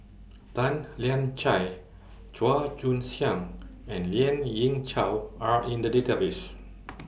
Tan Lian Chye Chua Joon Siang and Lien Ying Chow Are in The Database